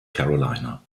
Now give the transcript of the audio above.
carolina